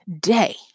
day